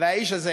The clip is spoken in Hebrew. שהאיש הזה